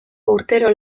urtero